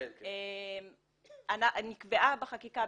נקבעה בחקיקה,